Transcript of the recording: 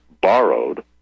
borrowed